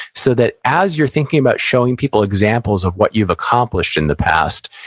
so that, as you're thinking about showing people examples of what you've accomplished in the past,